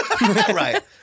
Right